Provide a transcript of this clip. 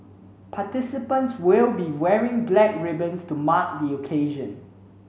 participants will be wearing black ribbons to mark the occasion